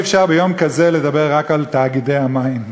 אי-אפשר ביום כזה לדבר רק על תאגידי המים,